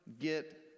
get